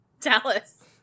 Dallas